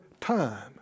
time